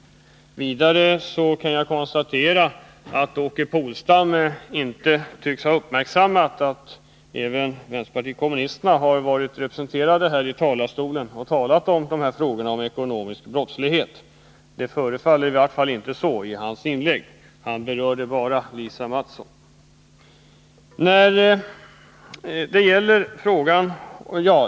Vidare kan jag konstatera att Åke Polstam inte tycks ha uppmärksammat att även en representant för vänsterpartiet kommunisterna har stått här i talarstolen och talat om den ekonomiska brottsligheten. I varje fall föreföll det inte så i hans inlägg, där han bara berörde Lisa Mattsons anförande.